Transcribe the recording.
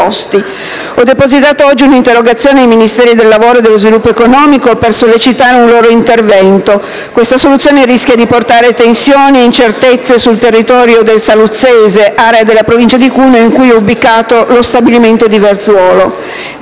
Ho depositato oggi un'interrogazione ai Ministeri dei lavoro e dello sviluppo economico per sollecitare un loro intervento. Questa situazione rischia di portare tensioni e incertezze sul territorio del saluzzese, nell'area della Provincia di Cuneo, in cui è ubicato lo stabilimento di Verzuolo.